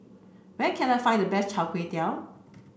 where can I find the best Chai Kuay Tow